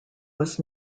was